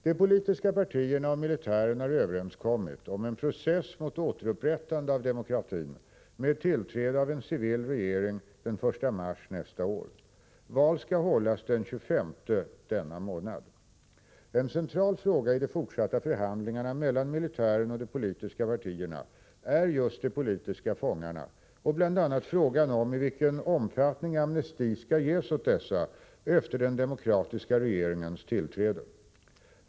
De politiska partierna och militären har överenskommit om en process mot återupprättande av demokratin med tillträde av en civil regering den 1 mars nästa år. Val skall hållas den 25 denna månad. En central fråga i de fortsatta förhandlingarna mellan militären och de politiska partierna är just de politiska fångarna och bl.a. frågan om i vilken omfattnig amnesti skall ges åt dessa efter den demokratiska regeringens tillträde.